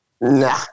Nah